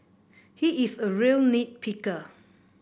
he is a real nit picker